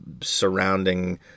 surrounding